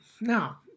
Now